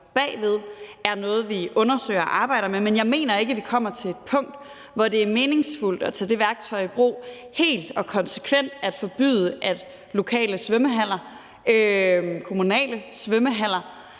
bagved, er noget, vi undersøger og arbejder med, men jeg mener ikke, at vi kommer til et punkt, hvor det er meningsfuldt at tage det værktøj i brug helt og konsekvent at forbyde, at lokale svømmehaller, kommunale svømmehaller,